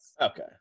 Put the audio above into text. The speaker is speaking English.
Okay